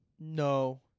No